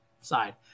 side